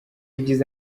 ugize